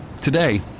Today